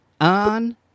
on